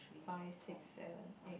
five six seven eight